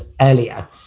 earlier